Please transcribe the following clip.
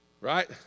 Right